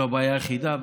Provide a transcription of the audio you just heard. זו הבעיה היחידה?